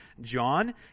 John